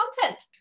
content